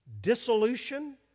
Dissolution